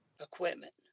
equipment